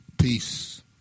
Peace